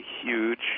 huge